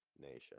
nation